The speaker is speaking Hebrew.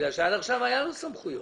עד עכשיו היו סמכויות.